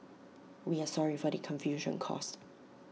we are sorry for the confusion caused